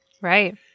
Right